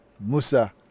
musa